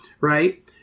right